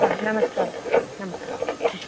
నమస్కారం నమస్కారం